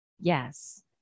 Yes